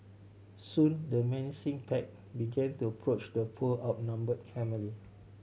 soon the menacing pack began to approach the poor outnumbered family